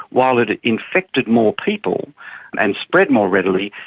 while it infected more people and spread more readily,